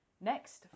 next